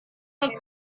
have